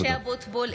(קוראת בשמות חברי הכנסת) משה אבוטבול,